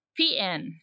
PN